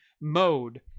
mode